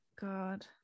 God